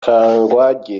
kangwagye